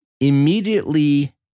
immediately